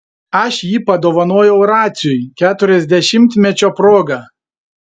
aš jį padovanojau raciui keturiasdešimtmečio proga